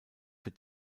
für